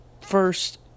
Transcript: first